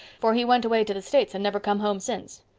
for he went away to the states and never come home since.